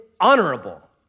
honorable